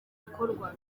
bikorwa